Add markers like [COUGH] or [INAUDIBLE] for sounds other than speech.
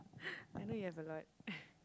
[BREATH] I know you have a lot [BREATH]